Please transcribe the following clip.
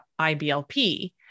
IBLP